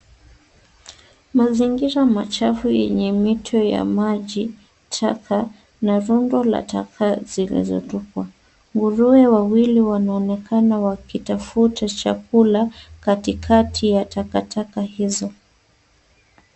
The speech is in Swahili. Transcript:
Mazingira machafu yenye mito ya majitaka na rundo la taka zilizotupwa. Nguruwe wawili wanaonekana wakitafuta chakula katikati ya takataka hizo.